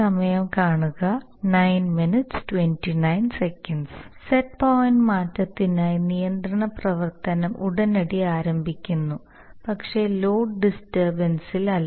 set point മാറ്റത്തിനായി നിയന്ത്രണ പ്രവർത്തനം ഉടനടി ആരംഭിക്കുന്നു പക്ഷേ ലോഡ് ഡിസ്റ്റർബൻസിലല്ല